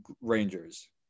Rangers